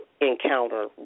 encounter